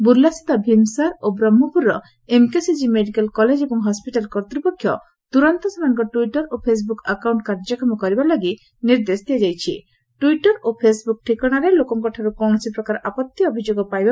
ବୁଲାସ୍ଥିତ ଭିମ୍ସାର ଓ ବ୍ରହ୍କପୁରର ଏମ୍ସିଜି ମେଡିକାଲ କଲେଜ ଏବଂ ହସ୍ପିଟାଲ କର୍ତ୍ତୃପକ୍ଷ ତୁରନ୍ତ ସେମାନଙ୍କ ଟିଟର ଓ ଫେସବୁକ ଆକାଉଙ୍କ କାର୍ଯ୍ୟକ୍ଷମ କରିବା ଲାଗି ନିର୍ଦ୍ଦେଶ ଦିଆଯାଇଛି ଟିଟର ଓ ଫେସବୁକ୍ ଠିକଶାରେ ଲୋକଙ୍କଠାରୁ କୌଶସି ପ୍ରକାର ଆପଉି ଅଭିଯୋଗ ପାଇବ